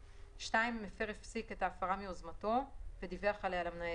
2) מפר הפסיק את ההפרה מיוזמתו ודיווח עליה למנהל